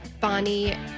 Bonnie